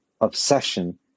obsession